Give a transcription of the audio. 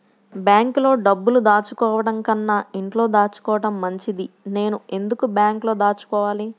బ్యాంక్లో డబ్బులు దాచుకోవటంకన్నా ఇంట్లో దాచుకోవటం మంచిది నేను ఎందుకు బ్యాంక్లో దాచుకోవాలి?